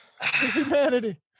Humanity